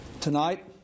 Tonight